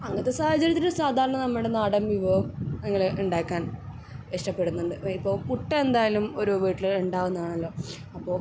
അങ്ങനത്തെ സാഹചര്യത്തില് സാധാരണ നമ്മുടെ നാടൻ വിഭവം അങ്ങനെ ഉണ്ടാക്കാൻ ഇഷ്ടപ്പെടുന്നുണ്ട് ഇപ്പം പുട്ട് എന്തായാലും ഒര് വീട്ടില് ഉണ്ടാവുന്നതാണല്ലൊ അപ്പോൾ